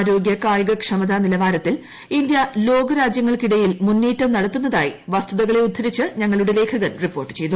ആരോഗ്യ കായിക ക്ഷമതാ നിലവാരത്തിൽ ഇന്ത്യ ലോക രാജ്യങ്ങൾക്കിടയിൽ മുന്നേറ്റം നടത്തുന്നതായി വസ്തുതകളെ ഉദ്ധരിച്ച് ഞങ്ങളുടെ ലേഖകൻ റിപ്പോർട്ട് ചെയ്തു